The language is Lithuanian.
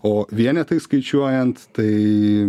o vienetais skaičiuojant tai